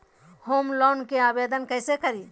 Home loan के आवेदन कैसे करि?